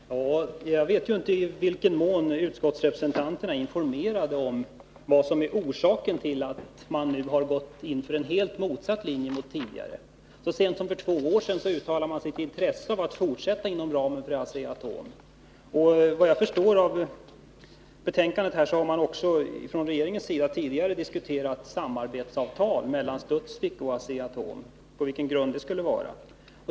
Herr talman! Jag vet ju inte i vilken mån utskottsrepresentanterna är informerade om vad som är orsaken till att man nu har gått in på motsatt linje mot tidigare. Så sent som för två år sedan uttalade man sitt intresse för att fortsätta inom ramen för Asea-Atom. Efter vad jag förstår av betänkandet har också regeringen tidigare diskuterat samarbetsavtal mellan Studsvik och Asea-Atom — på vilka grunder det nu skulle vara.